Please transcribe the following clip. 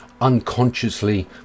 unconsciously